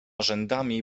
rzędami